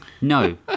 No